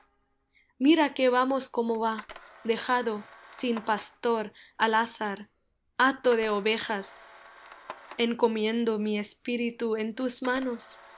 mira que vamos como va dejado sin pastor al azar hato de ovejas encomiendo mi espíritu en tus manos